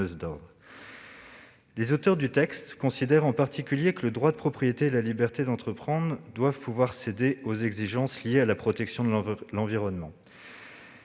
d'ordre. Les auteurs du texte considèrent, en particulier, que le droit de propriété et la liberté d'entreprendre doivent pouvoir céder aux exigences liées à la protection de l'environnement.